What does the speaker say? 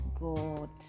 God